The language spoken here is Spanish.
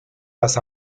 las